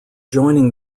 joining